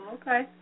okay